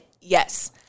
Yes